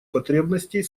потребностей